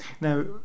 Now